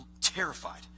terrified